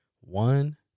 One